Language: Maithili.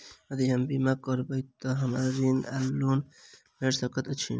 यदि हम बीमा करबै तऽ हमरा ऋण वा लोन भेट सकैत अछि?